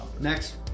Next